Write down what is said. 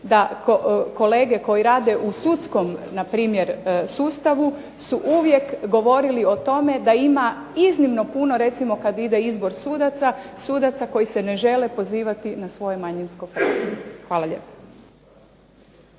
da kolege koji rade u sudskom npr. sustavu su uvijek govorili o tome da ima iznimno puno, recimo kad ide izbor sudaca, sudaca koji se ne žele pozivati na svoje manjinsko pravo. Hvala lijepo.